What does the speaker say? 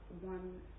one